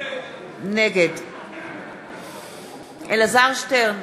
נגד אלעזר שטרן,